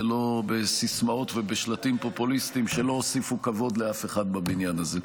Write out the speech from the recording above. ולא בסיסמאות ובשלטים פופוליסטיים שלא הוסיפו כבוד לאף אחד בבניין הזה.